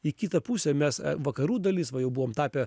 į kitą pusę mes vakarų dalis va jau buvom tapę